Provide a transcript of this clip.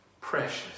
Precious